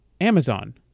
amazon